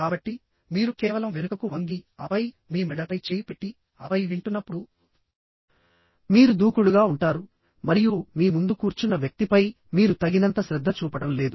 కాబట్టి మీరు కేవలం వెనుకకు వంగి ఆపై మీ మెడపై చేయి పెట్టి ఆపై వింటున్నప్పుడు మీరు దూకుడుగా ఉంటారు మరియు మీ ముందు కూర్చున్న వ్యక్తిపై మీరు తగినంత శ్రద్ధ చూపడం లేదు